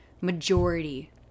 majority